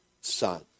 Son